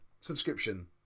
Subscription